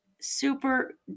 Super